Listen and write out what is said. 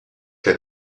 que